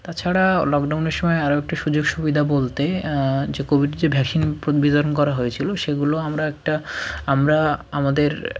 তাছাড়া লকডাউনের সময় আরও একটা সুযোগ সুবিধা বলতে যে কোভিড যে ভ্যাক্সিন বিতরণ করা হয়েছিলো সেগুলো আমরা একটা আমরা আমাদের